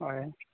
ᱦᱳᱭ